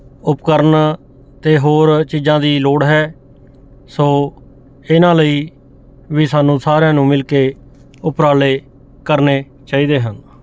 ਉਪਕਰਨ ਅਤੇ ਹੋਰ ਚੀਜ਼ਾਂ ਦੀ ਲੋੜ ਹੈ ਸੋ ਇਹਨਾਂ ਲਈ ਵੀ ਸਾਨੂੰ ਸਾਰਿਆਂ ਨੂੰ ਮਿਲ ਕੇ ਉਪਰਾਲੇ ਕਰਨੇ ਚਾਹੀਦੇ ਹਨ